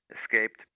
escaped